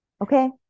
okay